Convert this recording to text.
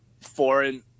foreign